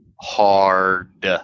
hard